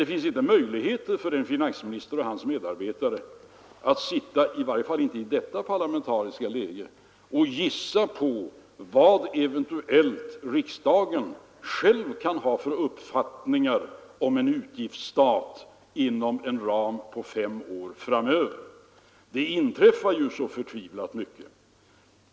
Det finns inte möjligheter för en finansminister och hans medarbetare — i varje fall inte i detta parlamentariska läge — att försöka gissa vad riksdagen kan ha för uppfattningar om utgiftsstaten fem år framåt i tiden. Det inträffar ju så förtvivlat mycket.